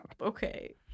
Okay